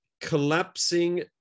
collapsing